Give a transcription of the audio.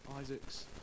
Isaac's